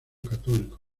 católico